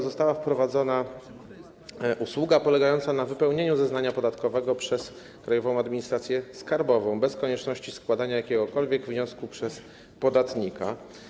Została wprowadzona usługa polegająca na wypełnieniu zeznania podatkowego przez Krajową Administrację Skarbową bez konieczności składania jakiegokolwiek wniosku przez podatnika.